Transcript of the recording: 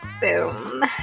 Boom